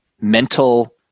mental